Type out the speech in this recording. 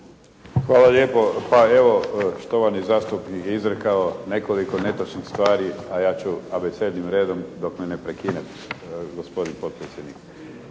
Hvala lijepo. Pa evo štovani zastupnik je izrekao nekoliko netočnih stvari a ja ću abecednim redom dok me ne prekine gospodin potpredsjednik.